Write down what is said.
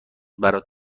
برات